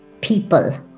people